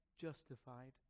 justified